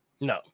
no